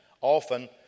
Often